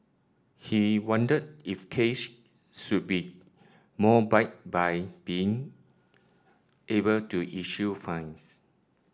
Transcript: he wondered if case should be more bite by being able to issue fines